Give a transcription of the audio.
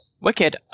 Wicked